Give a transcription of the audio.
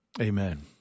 Amen